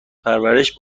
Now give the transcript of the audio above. پرورش